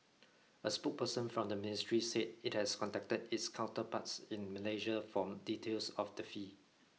a spokesperson from the ministry said it has contacted its counterparts in Malaysia from details of the fee